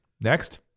Next